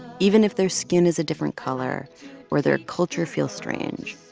even if their skin is a different color or their culture feels strange,